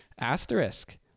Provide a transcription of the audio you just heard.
asterisk